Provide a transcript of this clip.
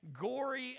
gory